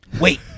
wait